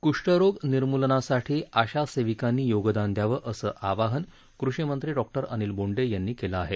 कुष्ठरोग निर्मूलनासाठी आशा सेविकांनी योगदान द्यावं असं आवाहन कृषीमंत्री डॉक्टर अनिल बोंडे यांनी केलं आहे